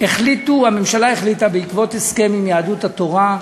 הממשלה החליטה, בעקבות הסכם עם יהדות התורה,